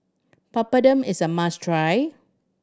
papadum is a must try